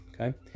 okay